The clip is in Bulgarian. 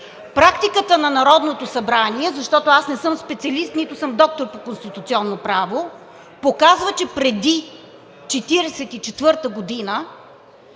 Практиката на Народното събрание показва – аз не съм специалист, нито съм доктор по конституционно право, че преди 1944 г.